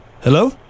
Hello